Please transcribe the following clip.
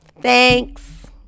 thanks